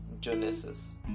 genesis